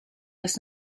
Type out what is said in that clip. das